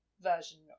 version